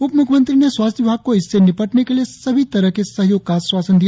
उपमुख्यमंत्री ने स्वास्थ्य विभाग को इससे निपटने के लिए सभी तरग के सहयोग का आश्वासन दिया